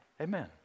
Amen